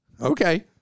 Okay